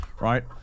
right